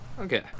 Okay